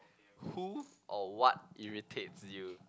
who or what irritates you